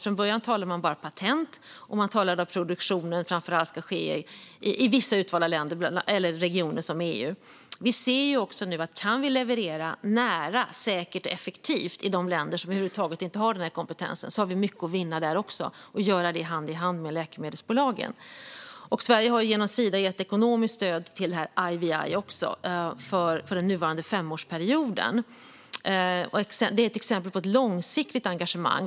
Från början talar man bara om patent och att produktionen framför allt ska ske i vissa utvalda regioner, som EU. Vi ser nu att om vi kan leverera nära, säkert och effektivt i de länder som över huvud taget inte har den kompetensen och göra detta hand i hand med läkemedelsbolagen har vi mycket att vinna där också. Sverige har genom Sida gett ekonomiskt stöd till IVI för den nuvarande femårsperioden. Det är ett exempel på ett långsiktigt engagemang.